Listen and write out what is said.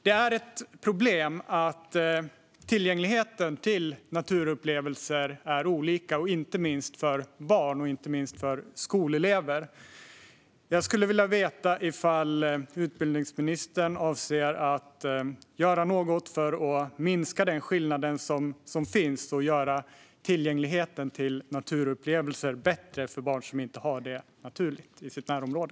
Det är ett problem att tillgängligheten till naturupplevelser är olika, inte minst för barn och skolelever. Jag skulle vilja veta om utbildningsministern avser att göra något för att minska den skillnad som finns och för att göra tillgängligheten till naturupplevelser bättre för barn som inte har detta naturligt i sitt närområde.